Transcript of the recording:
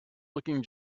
looking